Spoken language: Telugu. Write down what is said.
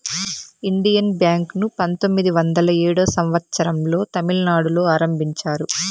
ఇండియన్ బ్యాంక్ ను పంతొమ్మిది వందల ఏడో సంవచ్చరం లో తమిళనాడులో ఆరంభించారు